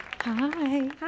Hi